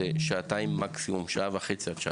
לשעה וחצי עד שעתיים,